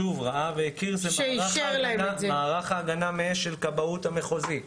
ראה והכיר זה מערך ההגנה מאש של הכבאות המחוזית.